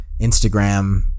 instagram